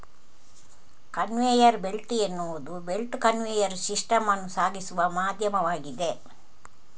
conveyor belt ಎನ್ನುವುದು belt conveyor system ಅನ್ನು ಸಾಗಿಸುವ ಮಾಧ್ಯಮವಾಗಿದೆ